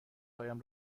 هایم